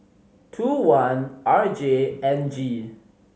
two one R J N G